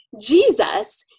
Jesus